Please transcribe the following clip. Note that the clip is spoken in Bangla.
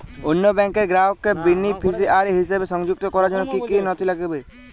অন্য ব্যাংকের গ্রাহককে বেনিফিসিয়ারি হিসেবে সংযুক্ত করার জন্য কী কী নথি লাগবে?